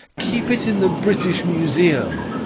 keep it in the british museum.